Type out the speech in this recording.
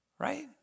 right